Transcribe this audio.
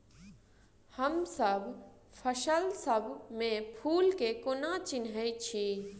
हमसब फसल सब मे फूल केँ कोना चिन्है छी?